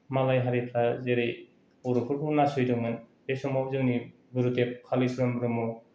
मालाय हारिफ्रा जेरै बर'फोरखौ नासयदोंमोन बे समाव जोंनि गुरुदेब कालिचरण ब्रह्म